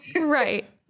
Right